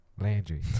Landry